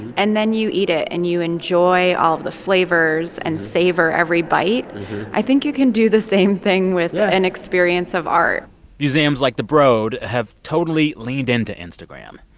and then you eat it, and you enjoy all of the flavors and savor every bite i think you can do the same thing. with an experience of art museums like the broad have totally leaned into instagram.